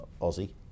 Aussie